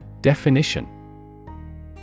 Definition